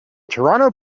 toronto